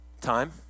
Time